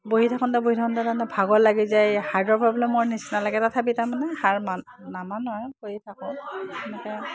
বহি থাকোঁতে বহি থাকোঁতে তাৰমানে ভাগৰ লাগি যায় হাৰ্ডৰ প্ৰব্লেমৰ নিচিনা লাগে তথাপি তাৰমানে সাৰ নামানো আৰু কৰি থাকোঁ এনেকে